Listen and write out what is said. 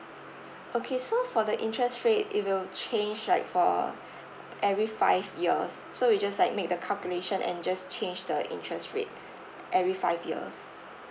okay so for the interest rate it will change like for every five years so you just like make the calculation and just change the interest rate every five years